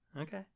Okay